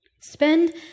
Spend